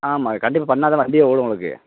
ஆமாம் கண்டிப்பாக பண்ணால்தான் வண்டியே ஓடும் உங்களுக்கு